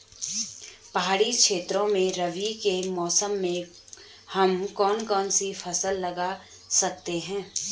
पहाड़ी क्षेत्रों में रबी के मौसम में हम कौन कौन सी फसल लगा सकते हैं?